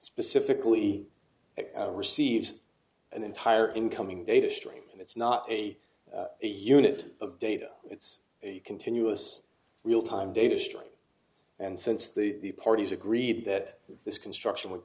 specifically receives an entire incoming data stream it's not a a unit of data it's a continuous real time data stream and since the parties agreed that this construction wo